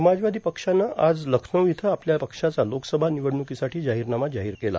समाजवादी पक्षानं आज लखनऊ इथं आपल्या पक्षाचा लोकसभा निवडणुकीसाठी जाहीरनामा जारी केला